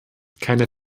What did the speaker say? keine